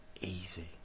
easy